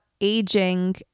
aging